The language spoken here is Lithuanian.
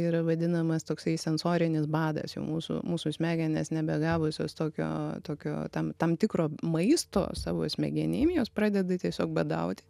yra vadinamas toksai sensorinis badas jau mūsų mūsų smegenys nebegavusios tokio tokio tam tam tikro maisto savo smegenim jos pradeda tiesiog badauti